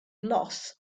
loss